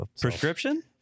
Prescription